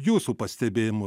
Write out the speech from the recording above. jūsų pastebėjimu